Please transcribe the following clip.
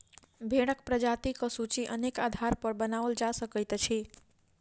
भेंड़क प्रजातिक सूची अनेक आधारपर बनाओल जा सकैत अछि